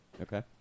Okay